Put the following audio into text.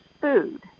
food